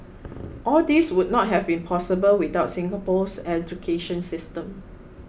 all these would not have been possible without Singapore's education system